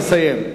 אני מבקש לסיים.